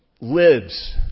lives